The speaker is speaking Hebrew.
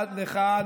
עד כאן